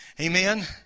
amen